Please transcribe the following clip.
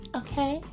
okay